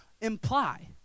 imply